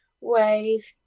wave